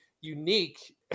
unique